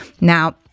Now